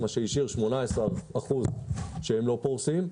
מה שהשאיר 18% שהם לא פורסים.